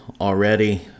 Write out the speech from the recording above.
already